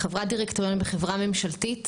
חברת דירקטוריון בחברה ממשלתית,